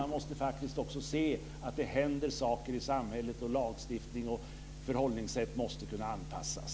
Man måste faktiskt också se att det händer saker i samhället, och lagstiftning och förhållningssätt måste kunna anpassas.